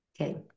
Okay